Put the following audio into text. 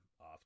off